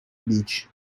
beach